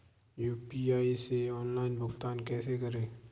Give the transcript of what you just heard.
UPI से online भुगतान कैसे करें?